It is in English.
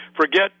forget